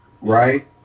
Right